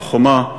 הר-חומה,